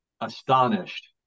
astonished